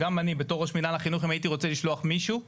וגם אם אני בתור ראש מינהל החינוך אם הייתי רוצה לשלוח מישהו,